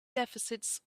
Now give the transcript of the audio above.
deficits